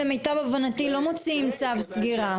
למיטב הבנתי לא מוציאים צו סגירה.